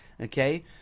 okay